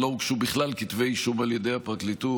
לא הוגשו בכלל כתבי אישום על ידי הפרקליטות.